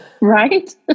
right